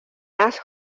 has